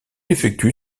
effectue